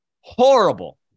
Horrible